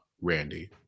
Randy